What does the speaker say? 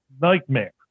nightmare